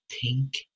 pink